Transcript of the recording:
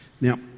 Now